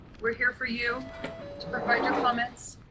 we're here for you to provide your comments.